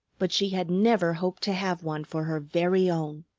but she had never hoped to have one for her very own.